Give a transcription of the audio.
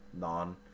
non